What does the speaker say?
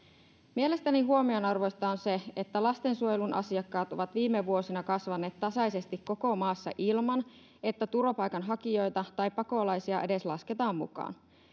mielestäni huomionarvoista on se että lastensuojelun asiakasmäärät ovat viime vuosina kasvaneet tasaisesti koko maassa ilman että turvapaikanhakijoita tai pakolaisia edes lasketaan mukaan